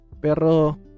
Pero